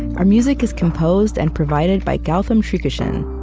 our music is composed and provided by gautam srikishan.